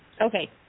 okay